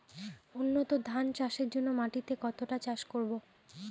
উন্নত ধান চাষের জন্য মাটিকে কতটা চাষ করব?